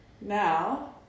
Now